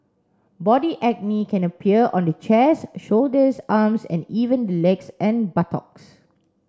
body acne can appear on the chest shoulders arms and even the legs and buttocks